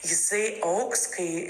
jisai augs kai